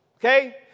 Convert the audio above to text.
Okay